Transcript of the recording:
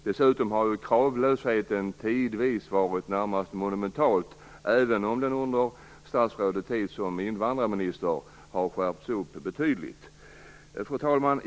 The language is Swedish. Dessutom har kravlösheten tidvis varit närmast monumental, även om den under statsrådets tid som invandrarminister har skärpts betydligt. Fru talman!